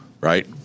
right